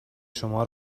شما